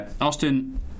Austin